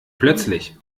plötzlich